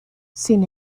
sin